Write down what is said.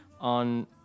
on